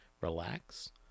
Relax